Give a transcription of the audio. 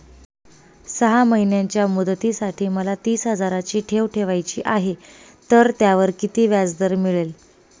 सहा महिन्यांच्या मुदतीसाठी मला तीस हजाराची ठेव ठेवायची आहे, तर त्यावर किती व्याजदर मिळेल?